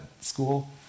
school